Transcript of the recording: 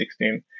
2016